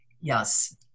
yes